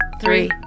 three